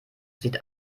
sieht